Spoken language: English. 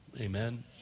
Amen